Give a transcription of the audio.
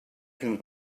can